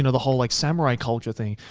and the whole like, samurai culture thing.